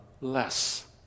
less